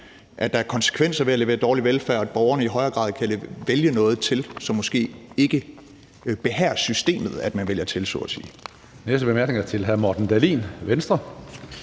at der er konsekvenser ved at levere dårlig velfærd, og at borgerne i højere grad kan vælge noget til, som måske ikke behager systemet at man vælger til